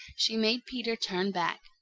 she made peter turn back.